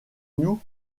nous